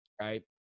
right